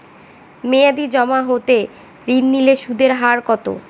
মেয়াদী জমা হতে ঋণ নিলে সুদের হার কত?